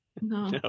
No